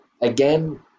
again